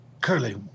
Curly